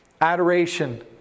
Adoration